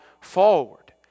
forward